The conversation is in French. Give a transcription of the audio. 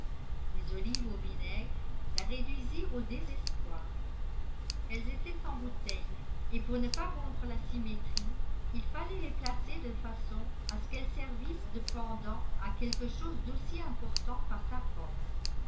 les olives au vinaigre la réduisirent au désespoir elles étaient en bouteille et pour ne pas rompre la symétrie il fallait les placer de façon à ce qu'elles servissent de pendant à quelque chose d'aussi important par sa forme